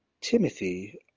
Timothy